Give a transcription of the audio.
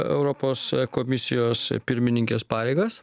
europos komisijos pirmininkės pareigas